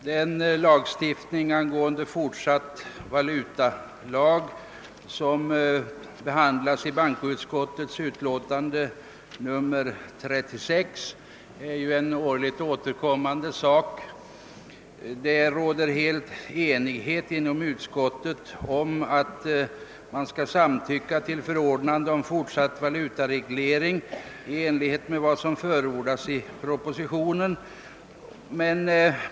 Herr talman! Frågan om fortsatt va Jutareglering, som behandlas i bankoutskottets utlåtande nr 36, återkommer ju årligen. Det råder fullständig enighet inom utskottet om att samtycka till förordnande om fortsatt giltighet av valutaregleringen i enlighet med vad som förordas i propositionen.